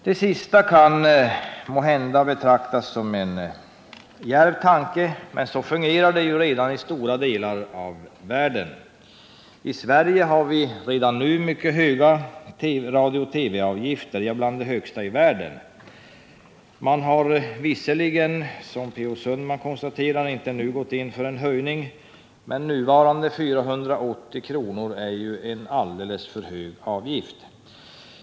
Det sista kan måhända betraktas som en djärv tanke, men så är det redan i stora delar av världen. I Sverige har vi redan nu mycket höga radiooch TV-avgifter — bland de högsta i världen. Man har visserligen, som P. O. Sundman konstaterade, ännu inte gått in för en höjning, men nuvarande 480 kr. är en alldeles för hög avgift.